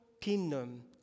kingdom